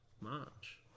March